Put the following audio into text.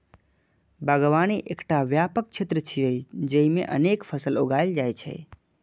बागवानी एकटा व्यापक क्षेत्र छियै, जेइमे अनेक फसल उगायल जाइ छै